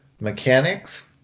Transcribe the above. mechanics